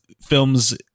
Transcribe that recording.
films